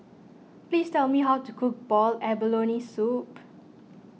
please tell me how to cook Boiled Abalone Soup